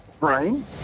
brain